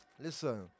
Listen